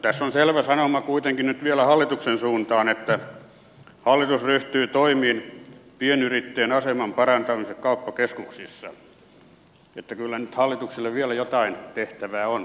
tässä on selvä sanoma kuitenkin nyt vielä hallituksen suuntaan että hallitus ryhtyy toimiin pienyrittäjien aseman parantamiseksi kauppakeskuksissa niin että kyllä nyt hallitukselle vielä jotain tehtävää on tässä kuitenkin